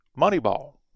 Moneyball